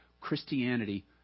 Christianity